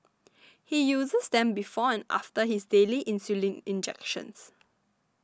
he uses them before and after his daily insulin injections